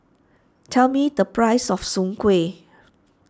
tell me the price of Soon Kway